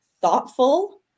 thoughtful